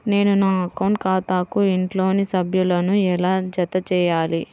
నేను నా అకౌంట్ ఖాతాకు ఇంట్లోని సభ్యులను ఎలా జతచేయాలి?